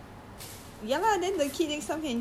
some people don't like mah that's why some people change name